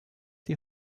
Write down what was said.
die